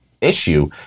issue